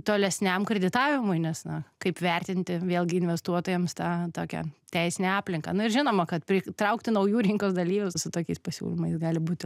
tolesniam kreditavimui nes na kaip vertinti vėlgi investuotojams tą tokią teisinę aplinką nu ir žinoma kad pritraukti naujų rinkos dalyvių su tokiais pasiūlymais gali būti